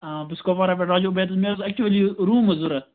آ بہٕ چھُس کپوارہ پٮ۪ٹھ راجا عُبید مےٚ اوس ایٚکچؤلی روٗم حظ ضرورت